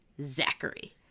Zachary